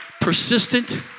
Persistent